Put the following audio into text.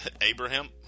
Abraham